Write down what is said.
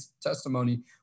testimony